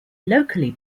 locally